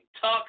Tuck